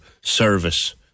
service